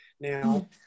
Now